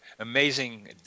Amazing